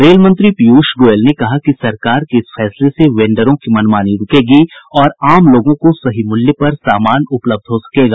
rail मंत्री पीयूष गोयल ने कहा है कि सरकार के इस फैसले से वेंडरों की मनमानी रूकेगी और आम लोगों को सही मूल्य पर सामान उपलब्ध हो सकेगा